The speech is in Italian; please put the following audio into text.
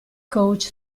coach